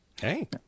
Hey